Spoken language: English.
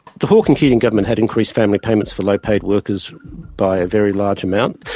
the hawke and keating government had increased family payments for low-paid workers by a very large amount.